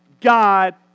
God